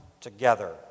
together